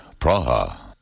Praha